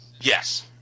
yes